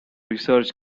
research